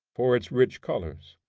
for its rich colors.